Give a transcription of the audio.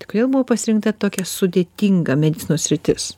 tai kodėl buvo pasirinkta tokia sudėtinga medicinos sritis